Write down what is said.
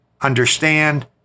understand